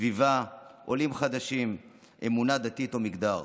סביבה, עולים חדשים, אמונה דתית או מגדר.